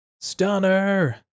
stunner